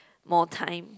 more time